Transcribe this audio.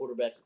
quarterbacks